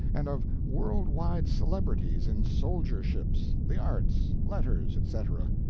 and of world-wide celebrities in soldierships, the arts, letters, etc,